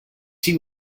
see